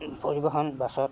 পৰিবহণ বাছত